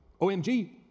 OMG